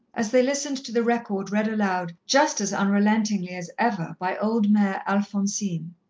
as they listened to the record read aloud just as unrelentingly as ever by old mere alphonsine.